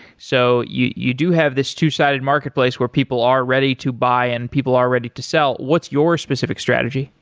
so you you do have this two-sided marketplace where people are ready to buy and people are ready to sell. what's your specific strategy?